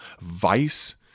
vice